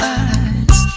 eyes